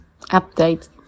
update